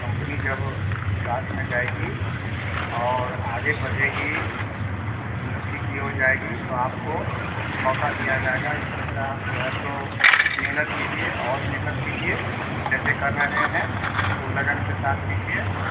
company जब विकास में जाएगी और आगे बढ़ेगी उन्नति की ओर जाएगी तो आपको मौका दिया जाएगा इसी तरह आप जो है सो मेहनत कीजिए और मेहनत कीजिए जैसे कर रहे हैं खूब लगन के साथ कीजिए